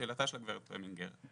לשאלתה של הגב' פרמינגר,